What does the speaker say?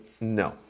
No